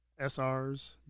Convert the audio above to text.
SRS